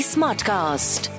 Smartcast